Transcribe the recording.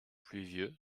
pluvieux